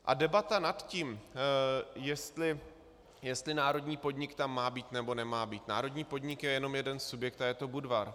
A debata nad tím, jestli národní podnik tam má být, nebo nemá být. Národní podnik je jenom jeden subjekt a je to Budvar.